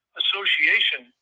association